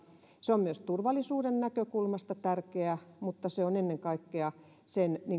se on myös turvallisuuden näkökulmasta tärkeää mutta se on ennen kaikkea sen